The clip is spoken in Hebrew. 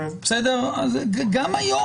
גם היום,